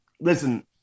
listen